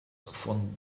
von